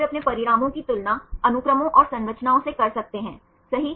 फिर हम PISCES नामक एक अन्य सर्वर के बारे में चर्चा करते हैं सही